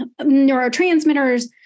neurotransmitters